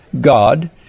God